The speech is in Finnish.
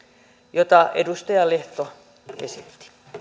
jota edustaja lehto esitti